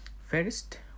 First